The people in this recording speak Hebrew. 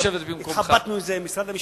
התחבטנו עם משרד המשפטים.